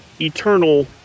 eternal